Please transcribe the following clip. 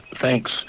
Thanks